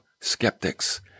skeptics